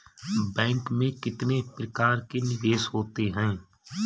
Bank में कितने प्रकार के निवेश होते हैं?